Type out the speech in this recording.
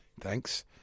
Thanks